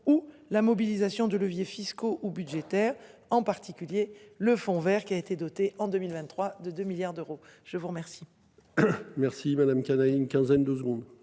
où la mobilisation de leviers fiscaux ou budgétaires, en particulier le Fonds Vert qui a été dotée en 2023 de 2 milliards d'euros. Je vous remercie. Merci madame. Une quinzaine de secondes.